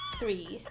three